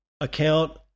account